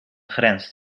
grenst